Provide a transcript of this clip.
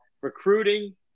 recruiting